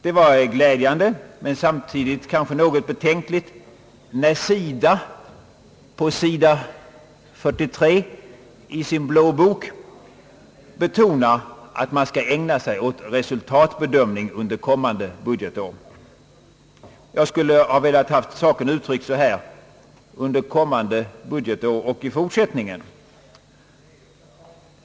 Det var glädjande men samtidigt kanske något betänkligt när SIDA i sin »blå bok» på s. 43 betonade att man under kommande budgetår skall ägna sig åt resultatbedömning. Jag skulle velat ha saken uttryckt så här: under kommande budgetår och i fortsättningen.